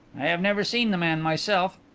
i have never seen the man myself.